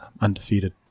undefeated